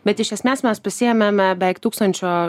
bet iš esmės mes prisiėmėme beveik tūkstančio